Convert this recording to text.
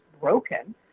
broken